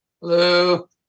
Hello